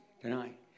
tonight